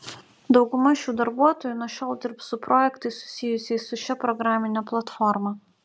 dauguma šių darbuotojų nuo šiol dirbs su projektais susijusiais su šia programine platforma